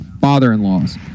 father-in-laws